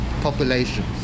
populations